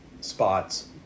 spots